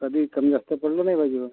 कधी कमी जास्त पडलं नाही पाहिजे मग